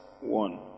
One